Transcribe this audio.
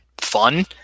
fun